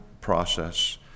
process